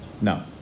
No